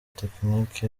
tekiniki